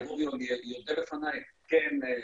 יבוא ויודה בפניי: כן,